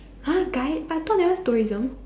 !huh! guide but I thought that one is tourism